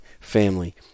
family